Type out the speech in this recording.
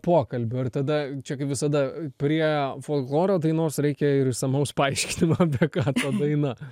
pokalbių ir tada čia kaip visada prie folkloro dainos reikia ir išsamaus paaiškinimo apie ką ta daina